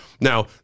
Now